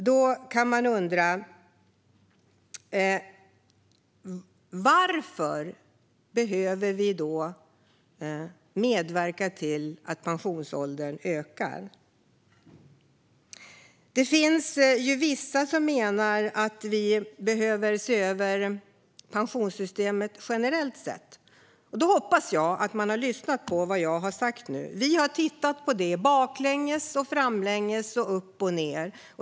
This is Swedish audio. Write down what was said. Då kan man undra: Varför behöver vi medverka till att pensionsåldern höjs? Det finns vissa som menar att vi behöver se över pensionssystemet generellt. Då hoppas jag att de har lyssnat på vad jag nu har sagt. Vi har tittat på detta baklänges och framlänges och upp och ned.